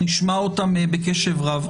נשמע אותם בקשב רב.